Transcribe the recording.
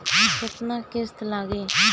केतना किस्त लागी?